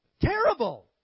Terrible